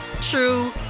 true